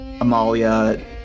Amalia